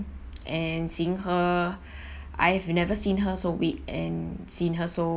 and seeing her I have never seen her so weak and seen her so